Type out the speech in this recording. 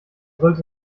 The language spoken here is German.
sollte